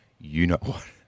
you-know-what